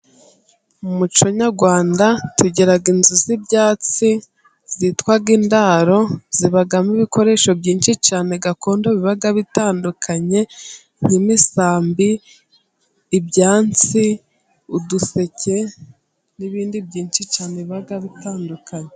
Mu muco nyarwanda tugira inzu z'ibyatsi zitwa indaro zibagamo ibikoresho byinshi cyane gakondo biba bitandukanye nk'imisambi, ibyansi, uduseke, n'ibindi byinshi cyane biba bitandukanye.